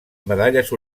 medalles